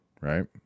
right